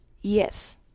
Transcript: yes